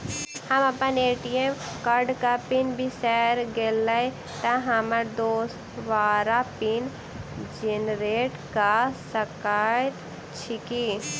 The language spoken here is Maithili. हम अप्पन ए.टी.एम कार्डक पिन बिसैर गेलियै तऽ हमरा दोबारा पिन जेनरेट कऽ सकैत छी की?